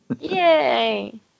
Yay